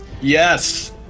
Yes